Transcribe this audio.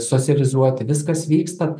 socializuoti viskas vyksta